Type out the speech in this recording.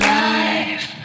life